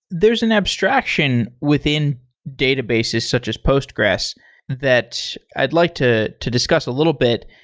there's an abstraction within databases such as postgres that i'd like to to discuss a little bit,